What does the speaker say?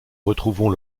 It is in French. retrouvons